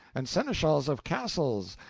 and seneschals of castles,